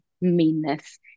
meanness